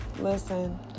listen